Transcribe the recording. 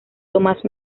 thomas